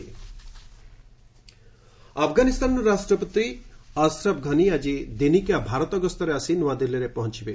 Afghan president ଆଫ୍ଗାନିସ୍ତାନର ରାଷ୍ଟ୍ରପତି ଅସରଫ୍ ଘନି ଆଜି ଦିନିକିଆ ଭାରତ ଗସ୍ତରେ ଆସି ନ୍ଠଆଦିଲ୍ଲୀରେ ପହଞ୍ଚିବେ